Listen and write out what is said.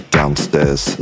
downstairs